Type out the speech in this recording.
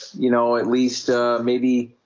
you know at least maybe,